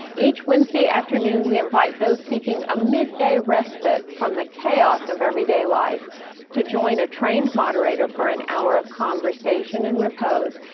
each wednesday afternoon, we invite those seeking a mid-day respite from the chaos of everyday life to join a trained moderator for an hour of conversation and repose.